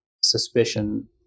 suspicion